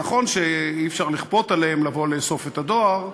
נכון שאי-אפשר לכפות עליהם לבוא לאסוף את הדואר,